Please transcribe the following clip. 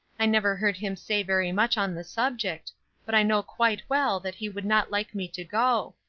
i never heard him say very much on the subject but i know quite well that he would not like me to go.